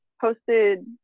posted